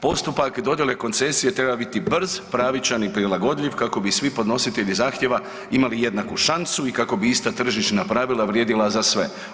Postupak dodjele koncesije treba biti brz, pravičan i prilagodljiv kako bi svi podnositelji zahtjeva imali jednaku šansu i kako bi ista tržišna pravila vrijedila za sve.